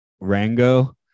rango